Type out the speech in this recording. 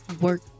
work